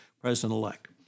president-elect